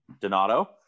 Donato